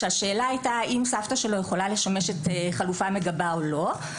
כשהשאלה הייתה אם סבתא שלו יכולה לשמש חלופה מגבה או לא,